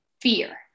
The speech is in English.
fear